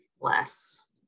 Less